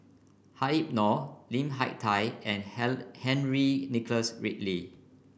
Habib Noh Lim Hak Tai and Henry Nicholas Ridley